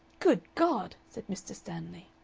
good god! said mr. stanley.